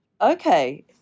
okay